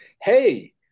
hey